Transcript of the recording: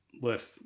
worth